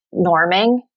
norming